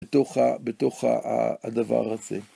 בתוך ה.. בתוך הדבר הזה.